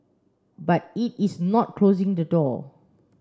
but it is not closing the door